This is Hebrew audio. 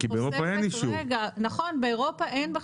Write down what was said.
כי באירופה אין אישור.